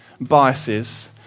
biases